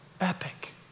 epic